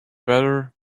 better